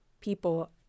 people